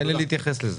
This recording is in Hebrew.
תן לי להתייחס לזה.